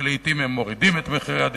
ולעתים הם מורידים את מחירי הדירות,